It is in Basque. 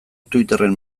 twitterren